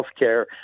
healthcare